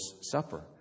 Supper